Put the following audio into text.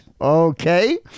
Okay